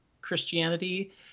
Christianity